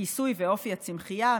כיסוי ואופי הצמחייה,